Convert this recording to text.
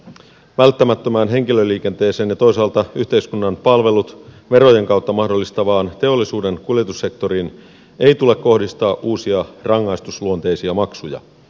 välttämättömään henkilöliikenteeseen ja toisaalta yhteiskunnan palvelut verojen kautta mahdollistavaan teollisuuden kuljetussektoriin ei tule kohdistaa uusia rangaistusluonteisia maksuja